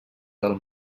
del